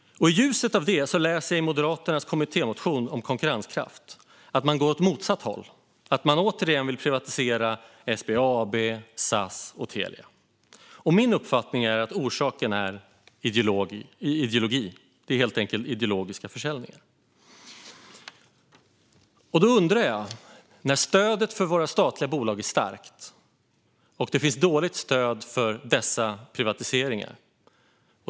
I ljuset av det läser jag i Moderaternas kommittémotion om konkurrenskraft att de går åt motsatt håll och återigen vill privatisera SBAB, SAS och Telia. Min uppfattning är att orsaken är ideologisk. Det skulle helt enkelt vara ideologiska försäljningar. Stödet för våra statliga bolag är starkt, och det finns dåligt stöd för dessa privatiseringar.